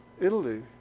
Italy